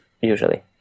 usually